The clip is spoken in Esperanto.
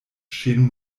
ŝin